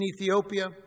Ethiopia